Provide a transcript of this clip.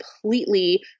completely